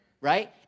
right